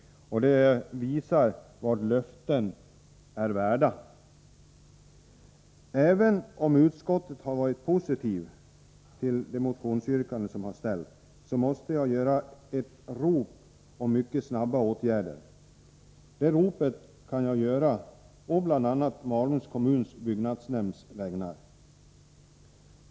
Det visar vad löften är värda. Även om utskottet har ställt sig positivt till motionsyrkandet måste jag å Malungs kommuns byggnadsnämnds vägnar ropa på mycket snabba åtgärder.